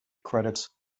credits